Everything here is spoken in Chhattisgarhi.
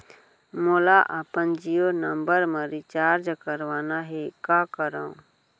मोला अपन जियो नंबर म रिचार्ज करवाना हे, का करव?